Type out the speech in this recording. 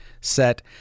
set